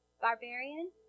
barbarian